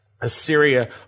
Assyria